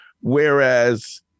Whereas